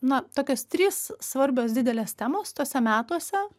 na tokios trys svarbios didelės temos tuose metuose